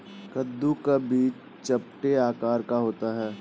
कद्दू का बीज चपटे आकार का होता है